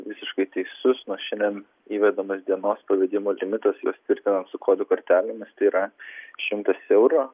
visiškai teisus nuo šiandien įvedamas dienos pavedimo limitas juos itvirtinant su kodų kortelėmis tai yra šimtas eurų